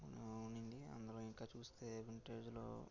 ఉండింది అందులో ఇంకా చూస్తే వింటేజ్లో